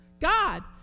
God